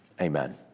Amen